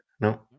No